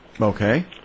Okay